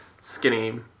skinny